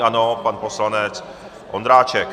Ano, pan poslanec Ondráček.